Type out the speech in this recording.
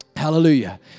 Hallelujah